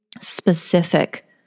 specific